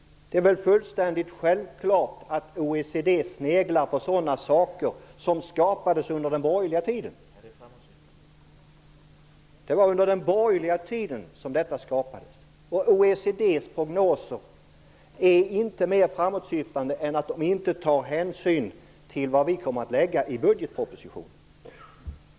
Det är väl fullständigt självklart att OECD sneglar på sådant som tillkom under den borgerliga tiden. OECD:s prognoser är dessutom inte så framåtsyftande att de tar hänsyn till de förslag som vi kommer att lägga fram i budgetpropositionen.